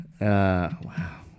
Wow